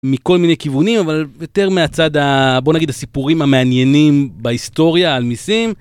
מכל מיני כיוונים אבל יותר מהצד, בוא נגיד הסיפורים המעניינים בהיסטוריה על מיסים.